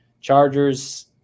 Chargers